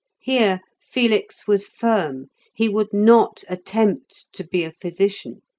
here felix was firm he would not attempt to be a physician,